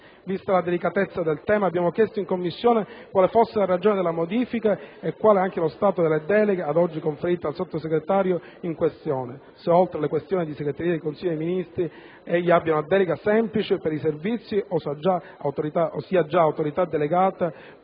Vista la delicatezza del tema, abbiamo chiesto in Commissione quale fosse la ragione della modifica e quale anche lo stato delle deleghe ad oggi conferite al Sottosegretario in questione (se oltre alle funzioni di segreteria del Consiglio dei ministri, egli abbia una delega semplice per i servizi o sia già «Autorità delegata»,